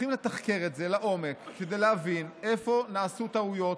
צריכים לתחקר את זה לעומק כדי להבין איפה נעשו טעויות,